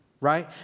right